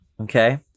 Okay